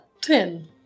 Ten